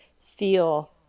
feel